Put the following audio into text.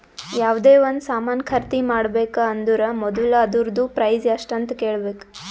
ಯಾವ್ದೇ ಒಂದ್ ಸಾಮಾನ್ ಖರ್ದಿ ಮಾಡ್ಬೇಕ ಅಂದುರ್ ಮೊದುಲ ಅದೂರ್ದು ಪ್ರೈಸ್ ಎಸ್ಟ್ ಅಂತ್ ಕೇಳಬೇಕ